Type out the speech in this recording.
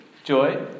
Joy